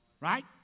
Right